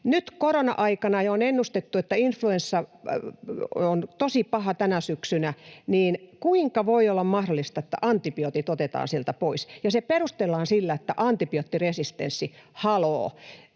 nyt korona-aikana on ennustettu, että influenssa on tosi paha tänä syksynä, niin kuinka voi olla mahdollista, että antibiootit otetaan sieltä pois? Se perustellaan antibioottiresistenssillä